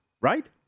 Right